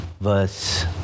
verse